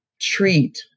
treat